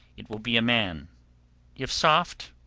it will be a man if soft,